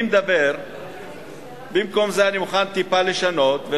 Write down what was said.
אני מוכן טיפה לשנות,